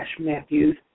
Matthews